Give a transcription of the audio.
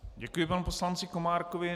Děkuji panu poslanci Komárkovi.